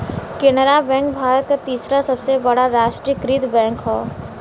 Canara bank Bharat क तीसरा सबसे बड़ा राष्ट्रीयकृत बैंक हौ